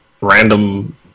random